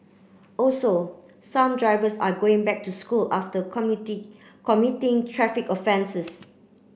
also some drivers are going back to school after committed committing traffic offences